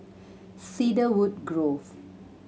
Cedarwood Grove